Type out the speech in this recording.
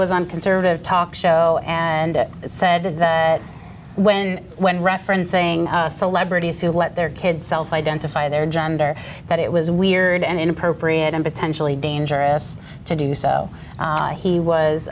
was on conservative talk show and said that when when referencing celebrities who let their kids self identify their gender that it was weird and inappropriate and potentially dangerous to do so